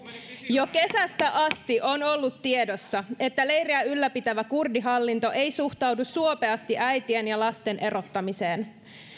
jo kesästä asti on ollut tiedossa että leiriä ylläpitävä kurdihallinto ei suhtaudu suopeasti äitien ja lapsien erottamiseen